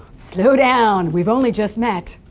slow down, we've only just met.